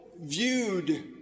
viewed